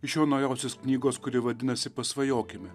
iš jo naujausios knygos kuri vadinasi pasvajokime